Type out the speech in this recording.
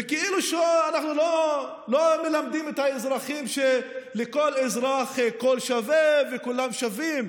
וכאילו שאנחנו לא מלמדים את האזרחים שלכל אזרח קול שווה וכולם שווים.